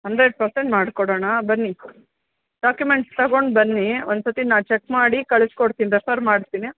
hundred percent ಮಾಡಿಕೊಡೋಣ ಬನ್ನಿ documents ತಗೊಂಡು ಬನ್ನಿ ಒಂದ್ಸತಿ ನಾ ಚೆಕ್ ಮಾಡಿ ಕಳಸ್ಕೊಡ್ತೀನಿ ರೆಫರ್ ಮಾಡ್ತೀನಿ